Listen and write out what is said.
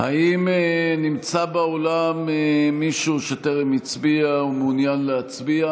האם נמצא באולם מישהו שטרם הצביע ומעוניין להצביע?